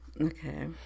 Okay